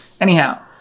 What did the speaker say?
anyhow